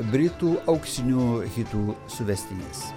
britų auksinių hitų suvestinės